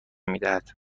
میدهد